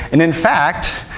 and in fact,